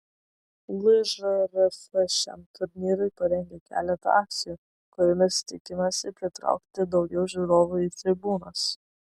lžrf šiam turnyrui parengė keletą akcijų kuriomis tikimasi pritraukti daugiau žiūrovų į tribūnas